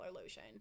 lotion